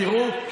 תראו,